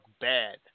bad